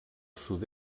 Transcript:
sud